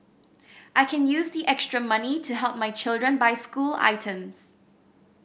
I can use the extra money to help my children buy school items